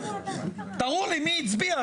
תראו לי מי הצביע,